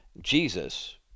Jesus